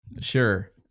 Sure